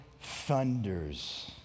thunders